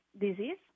disease